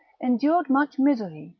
endured much misery,